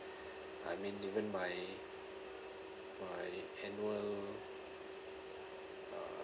I mean even my my annual uh